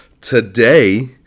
today